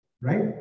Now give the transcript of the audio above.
Right